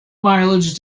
mileage